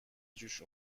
جوش